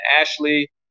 Ashley